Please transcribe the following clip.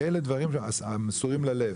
כי אלה דברים המסורים ללב.